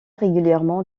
régulièrement